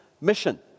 mission